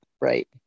Right